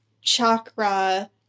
chakra